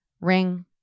Ring